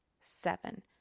seven